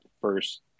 first